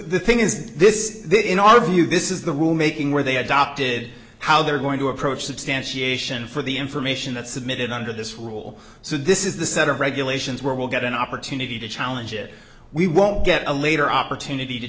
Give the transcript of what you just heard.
the thing is this in our view this is the rule making where they adopted how they're going to approach substantiation for the information that submitted under this rule so this is the set of regulations where we'll get an opportunity to challenge it we won't get a later opportunity to